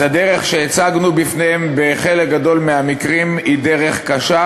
הדרך שהצגנו בפניהם בחלק גדול מהמקרים היא דרך קשה,